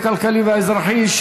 הכלכלי והאזרחי,